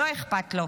ולא אכפת לו.